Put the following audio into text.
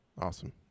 awesome